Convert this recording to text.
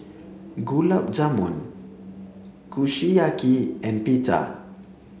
Gulab Jamun Kushiyaki and Pita